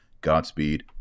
Godspeed